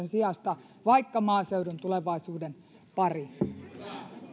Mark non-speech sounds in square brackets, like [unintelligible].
[unintelligible] sijasta vaikka maaseudun tulevaisuuden pariin